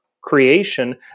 creation